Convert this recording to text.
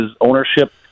ownership